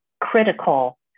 critical